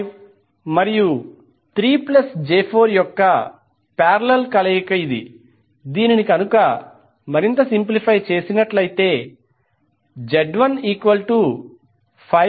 5 మరియు 3 j4 యొక్క parallel కలయిక సింప్లిఫై చేస్తే Z15||3j42